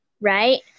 Right